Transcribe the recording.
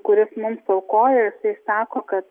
kuris mums aukoja jisai sako kad